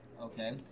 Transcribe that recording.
okay